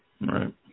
Right